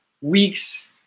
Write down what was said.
weeks